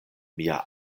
mia